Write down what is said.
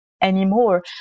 anymore